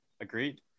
agreed